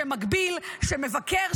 שמבקר,